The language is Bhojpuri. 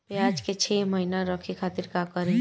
प्याज के छह महीना रखे खातिर का करी?